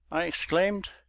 i exclaimed.